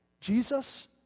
Jesus